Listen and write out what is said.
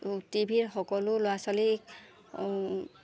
T ভিৰ সকলো ল'ৰা ছোৱালীক